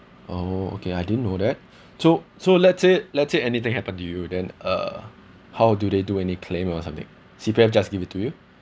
oh okay I didn't know that so so let's say let's say anything happen to you then uh how do they do any claim or something C_P_F just give it to you